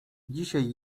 dzisiaj